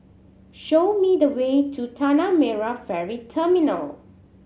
show me the way to Tanah Merah Ferry Terminal